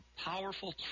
Powerful